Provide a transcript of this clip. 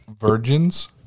virgins